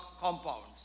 compounds